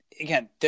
again